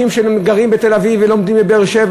שאנשים שגרים בתל-אביב ולומדים בבאר-שבע,